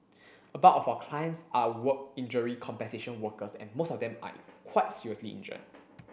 a bulk of our clients are work injury compensation workers and most of them are quite seriously injured